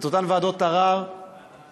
את אותן ועדות ערר במשרד,